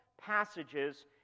passages